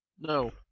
No